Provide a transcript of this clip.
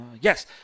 yes